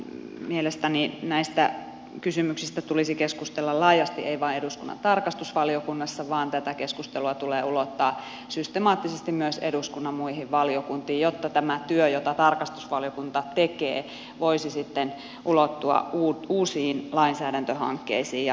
mielestäni näistä kysymyksistä tulisi keskustella laajasti ei vain eduskunnan tarkastusvaliokunnassa vaan tämä keskustelu tulee ulottaa systemaattisesti myös eduskunnan muihin valiokuntiin jotta tämä työ jota tarkastusvaliokunta tekee voisi sitten ulottua uusiin lainsäädäntöhankkeisiin jatkossa